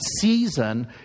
season